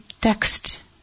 text